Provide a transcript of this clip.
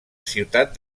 ciutat